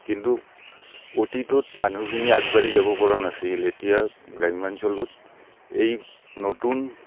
কিন্তু অতীতত মানুহখিনি আগবাঢ়ি যাব পৰা নাছিল এতিয়া গ্ৰাম্যাঞ্চলত এই নতুন